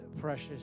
precious